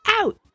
out